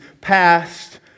past